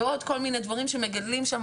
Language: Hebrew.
ועוד כל מיני דברים שמגדלים שם.